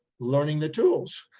learning the tools.